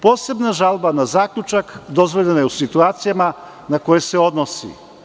Posebna žalba na zaključak dozvoljena je u situacijama na koje se odnosi.